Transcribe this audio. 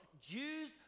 jews